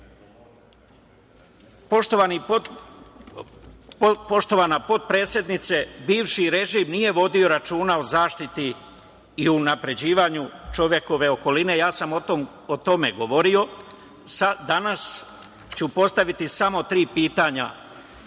mestu. Poštovana potpredsednice, bivši režim nije vodio računa o zaštiti i unapređivanju čovekove okoline. Ja sam o tome govorio, a danas ću postaviti samo tri pitanja.